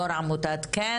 יו"ר עמותת "כן",